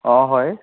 অঁ হয়